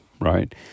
right